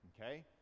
Okay